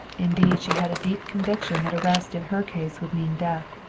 indeed she had a deep conviction that arrest in her case would mean death.